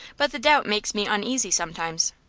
but the doubt makes me uneasy, sometimes.